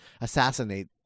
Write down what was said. assassinate